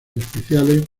especiales